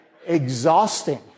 Exhausting